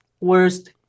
worst